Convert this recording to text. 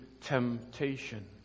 Temptation